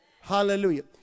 Hallelujah